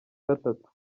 gatatu